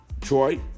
Troy